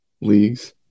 leagues